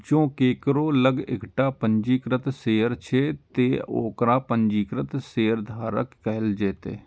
जों केकरो लग एकटा पंजीकृत शेयर छै, ते ओकरा पंजीकृत शेयरधारक कहल जेतै